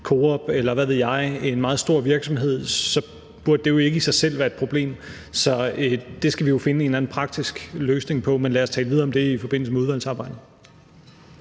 Coop, eller hvad ved jeg, i en meget stor virksomhed, burde det jo ikke i sig selv være et problem. Så det skal vi jo finde en eller anden praktisk løsning på. Men lad os tale videre om det i forbindelse med udvalgsarbejdet.